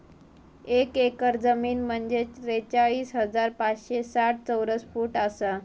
एक एकर जमीन म्हंजे त्रेचाळीस हजार पाचशे साठ चौरस फूट आसा